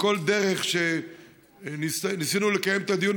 בכל דרך שניסינו לקיים את הדיון,